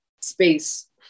space